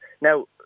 Now